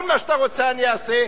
כל מה שאתה רוצה אני אעשה.